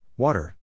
Water